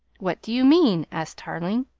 what do you mean? asked tarling.